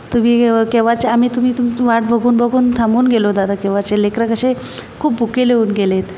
तुम्ही केव्हाचे आम्ही तुम्ही तुम वाट बघून बघून थांबून गेलो दादा केव्हाचे लेकरं कसे खूप भुकेले होऊन गेले आहेत